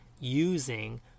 using